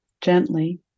Gently